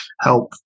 help